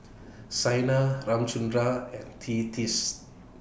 Saina Ramchundra and Tea teeth